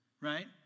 right